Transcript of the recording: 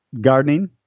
Gardening